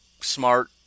smart